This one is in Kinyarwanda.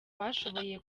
bashoboye